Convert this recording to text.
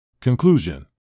Conclusion